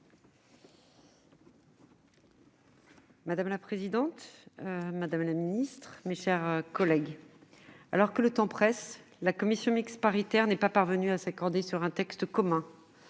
Madame la présidente, madame la ministre, mes chers collègues, alors que le temps presse, la commission mixte paritaire n'est pas parvenue à s'accorder sur un texte commun.